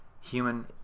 human